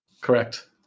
Correct